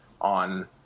on